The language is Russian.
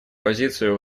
позицию